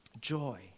joy